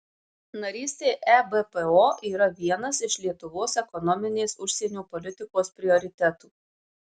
narystė ebpo yra vienas iš lietuvos ekonominės užsienio politikos prioritetų